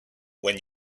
when